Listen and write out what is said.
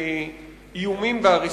אי-אפשר להפריע בנאומים בני